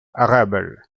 arable